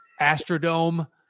Astrodome